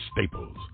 Staples